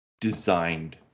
designed